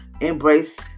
embrace